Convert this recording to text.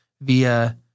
via